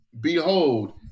behold